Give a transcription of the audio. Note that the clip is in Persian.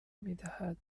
میدهد